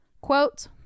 quote